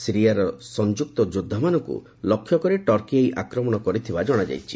ସିରିଆର ସଂଯୁକ୍ତ ଯୋଦ୍ଧାମାନଙ୍କୁ ଲକ୍ଷ୍ୟ କରି ଟର୍କୀ ଏହି ଆକ୍ରମଣ କରିଥିବାର ଜଣାପଡ଼ିଛି